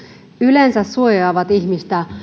yleensä suojaavat ihmistä